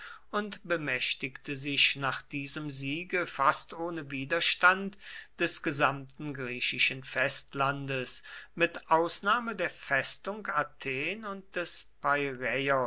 und bemächtigte sich nach diesem siege fast ohne widerstand des gesamten griechischen festlandes mit ausnahme der festung athen und des